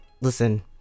listen